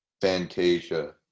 Fantasia